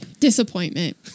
disappointment